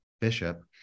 bishop